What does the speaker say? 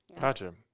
Gotcha